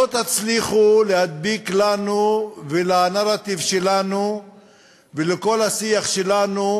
לא תצליחו להדביק לנו ולנרטיב שלנו ולכל השיח שלנו